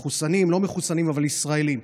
מחוסנים, לא מחוסנים, אבל ישראלים.